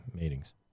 meetings